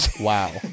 Wow